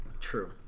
True